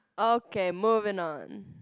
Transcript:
okay moving on